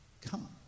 come